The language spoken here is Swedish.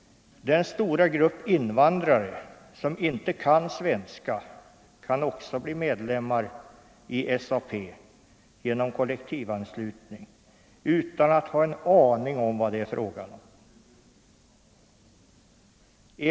De många invandrare som inte kan svenska — det är en stor grupp — kan också bli medlemmar i SAP genom kollektivanslutning utan att ha en aning om vad det är fråga om.